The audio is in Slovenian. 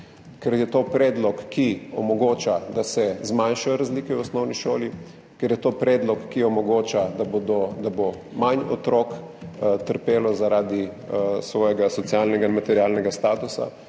Ker je to predlog, ki omogoča, da se zmanjšajo razlike v osnovni šoli. Ker je to predlog, ki omogoča, da bo manj otrok trpelo zaradi svojega socialnega in materialnega statusa.